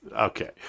Okay